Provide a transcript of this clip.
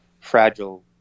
fragile